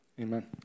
amen